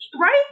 right